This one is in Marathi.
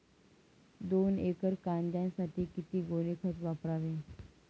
दोन एकर कांद्यासाठी किती गोणी खत वापरावे?